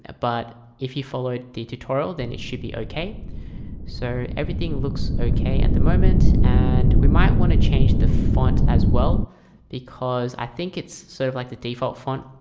ah but if you followed the tutorial then it should be okay so everything looks okay at the moment and we might want to change the font as well because i think it's sort of like the default font.